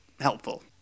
helpful